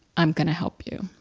i'm gonna help you.